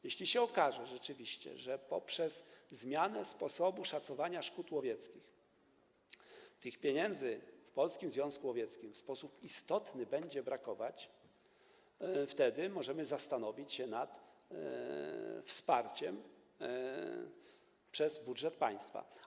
Kiedy się okaże rzeczywiście, że przez zmianę sposobu szacowania szkód łowieckich tych pieniędzy w Polskim Związku Łowieckim w sposób istotny będzie brakować, wtedy możemy zastanowić się nad wsparciem z budżetu państwa.